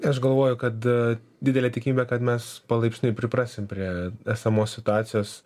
aš galvoju kad didelė tikimybė kad mes palaipsniui priprasim prie esamos situacijos